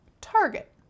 target